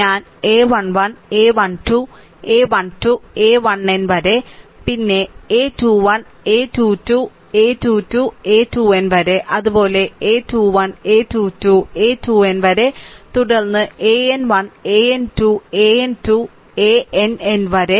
ഞാൻ a 1 1 a 1 2 a 1 2a 1n വരെ പിന്നെ a 21 a 2 2 a 2 2 a 2n വരെ അതുപോലെ a 2 1 a 2 2 a 2 2 a 2n വരെ തുടർന്ന് an 1 an 2 an 2 ann വരെ